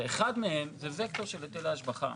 ואחד מהם זה וקטור של היטל ההשבחה.